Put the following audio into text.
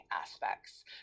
aspects